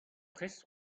prest